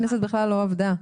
הכנסת בכלל לא עבדה.